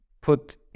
put